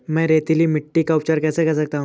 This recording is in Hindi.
मैं रेतीली मिट्टी का उपचार कैसे कर सकता हूँ?